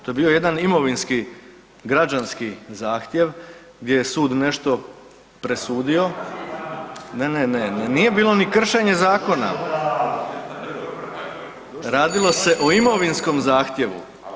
To je bio jedan imovinski građanski zahtjev gdje je sud nešto presudio … [[Upadica se ne razumije.]] ne, ne, ne, nije bilo ni kršenje zakona, radilo se o imovinskom zahtjevu.